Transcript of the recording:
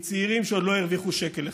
מצעירים שעוד לא הרוויחו שקל אחד.